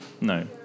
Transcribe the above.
No